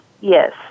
yes